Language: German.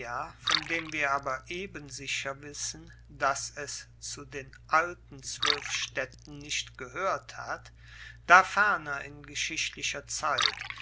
von dem wir aber eben sicher wissen dass es zu den alten zwoelf staedten nicht gehoert hat da ferner in geschichtlicher zeit